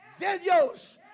videos